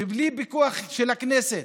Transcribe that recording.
ובלי פיקוח של הכנסת: